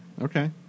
Okay